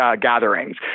gatherings